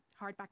hardback